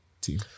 team